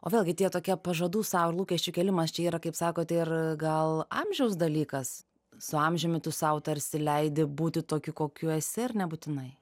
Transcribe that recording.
o vėlgi tie tokie pažadų sau ir lūkesčių kėlimas čia yra kaip sakote ir gal amžiaus dalykas su amžiumi tu sau tarsi leidi būti tokiu kokiu esi ar nebūtinai